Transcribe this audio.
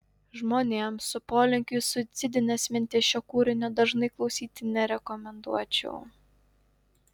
žmonėms su polinkiu į suicidines mintis šio kūrinio dažnai klausyti nerekomenduočiau